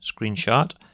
Screenshot